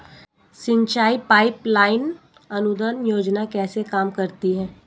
सिंचाई pipeline अनुदान योजना कैसे काम करती है?